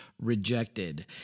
rejected